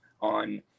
on